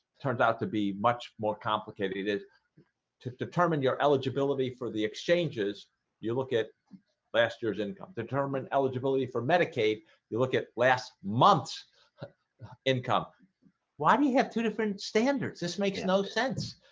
turned out to be much more complicated to determine your eligibility for the exchanges you look at last year's income to determine eligibility for medicaid you look at last month's income why do you have two different standards? this makes no sense?